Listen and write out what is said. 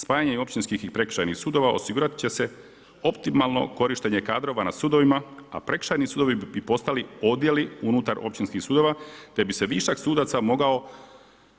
Spajanje općinskih i prekršajnih sudova osigurat će se optimalno korištenje kadrova na sudovima, a prekršajni sudovi bi postali odjeli unutar općinskih sudova te bi se višak sudaca mogao